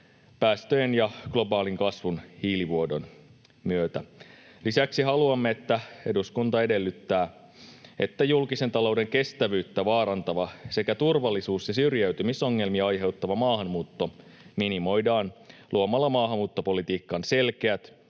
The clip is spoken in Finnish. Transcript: kasvaisi globaalisti hiilivuodon myötä. Lisäksi haluamme, että eduskunta edellyttää, että julkisen talouden kestävyyttä vaarantava sekä turvallisuus- ja syrjäytymisongelmia aiheuttava maahanmuutto minimoidaan luomalla maahanmuuttopolitiikkaan selkeät